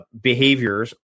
behaviors